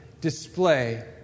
display